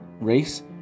race